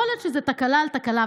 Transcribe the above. יכול להיות שזו תקלה על תקלה,